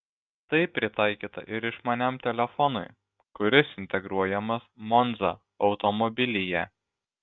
tai pritaikyta ir išmaniam telefonui kuris integruojamas monza automobilyje